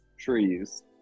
trees